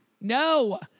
No